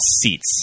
seats